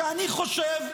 שאני חושב,